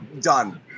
Done